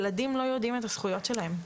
ילדים לא יודעים את הזכויות שלהם.